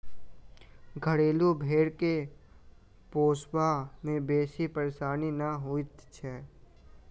घरेलू भेंड़ के पोसबा मे बेसी परेशानी नै होइत छै